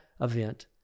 event